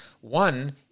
One